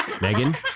Megan